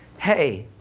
hey,